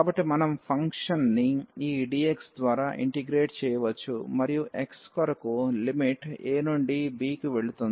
కాబట్టి మనం ఈ ఫంక్షన్ని ఈ dx ద్వారా ఇంటిగ్రేట్ చేయవచ్చు మరియు x కొరకు లిమిట్ a నుండి b కి వెళ్తుంది